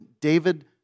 David